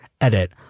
Edit